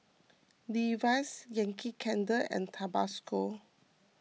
Levi's Yankee Candle and Tabasco